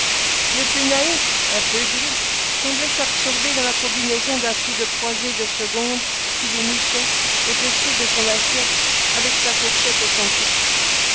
le plus naïf un peu gris semblait s'absorber dans la combinaison d'un coup de croisé de seconde qu'il imitait au-dessus de son assiette avec sa fourchette et son couteau